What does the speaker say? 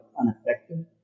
unaffected